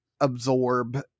absorb